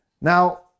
Now